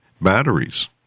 batteries